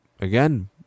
again